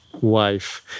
wife